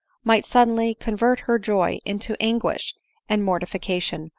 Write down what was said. might suddenly convert her joy into anguish and mortification,